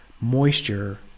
moisture